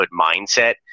mindset